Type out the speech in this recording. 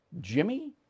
Jimmy